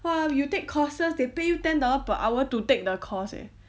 !wah! you take courses they pay you ten dollar per hour to take the course eh